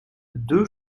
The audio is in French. deux